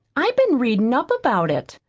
i've been readin' up about it.